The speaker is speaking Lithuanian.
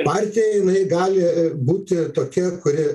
partija jinai gali būti tokia kuri